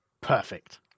Perfect